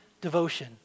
devotion